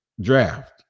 draft